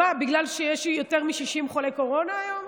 מה, בגלל שיש יותר מ-60 חולי קורונה היום?